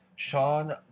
Sean